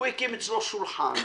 הוא הקים אצלו שולחן,